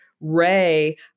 ray